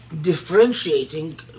differentiating